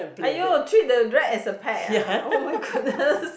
!aiyo! treat the rat as the pet ah oh my goodness